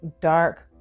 dark